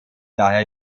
daher